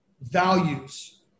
values